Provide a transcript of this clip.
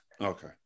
okay